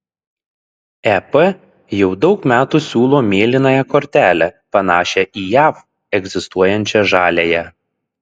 ep jau daug metų siūlo mėlynąją kortelę panašią į jav egzistuojančią žaliąją